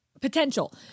Potential